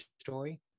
story